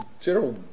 General